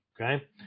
Okay